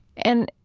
and,